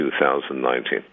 2019